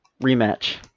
rematch